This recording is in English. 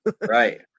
Right